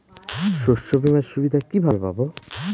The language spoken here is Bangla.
শস্যবিমার সুবিধা কিভাবে পাবো?